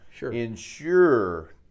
ensure